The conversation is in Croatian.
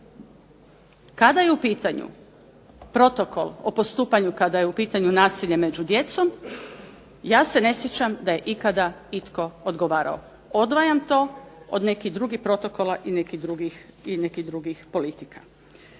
Kada je u pitanju protokol o postupanju, kada je u pitanju nasilje među djecom ja se ne sjećam da je ikada itko odgovarao. Odvajam to od nekih drugih protokola i nekih drugih politika.